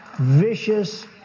vicious